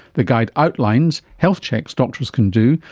the guide outlines health checks doctors can do,